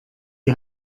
die